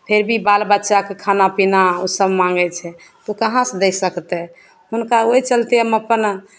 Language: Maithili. फिर भी बाल बच्चाके खाना पीना ओसभ माँगै छै तऽ ओ कहाँसे दै सकतै हुनका ओहि चलिते हम अपन